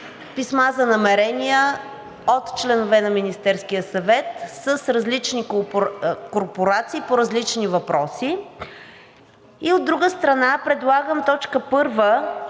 писма за намерения от членове на Министерския съвет, с различни корпорации по различни въпроси. И от друга страна, предлагам точка първа